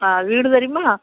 ஆ வீடு தெரியுமா